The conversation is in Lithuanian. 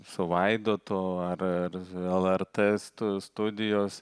su vaidotu ar ar lrt stu studijos